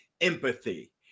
empathy